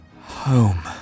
Home